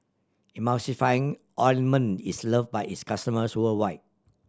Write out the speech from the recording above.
Emulsying Ointment is love by its customers worldwide